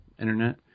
internet